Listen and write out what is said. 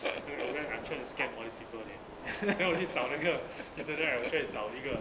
then got rant I trying to scam all these people leh then 我去找那个 internet right 我 try to 找一个